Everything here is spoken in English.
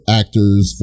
actors